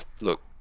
Look